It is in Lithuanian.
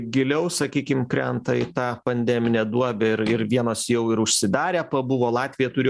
giliau sakykim krenta į tą pandeminę duobę ir ir vienos jau ir užsidarė pabuvo latvija turi